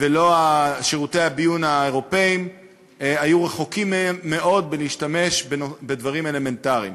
ושירותי הביון האירופיים היו רחוקים מאוד מלהשתמש בדברים אלמנטריים.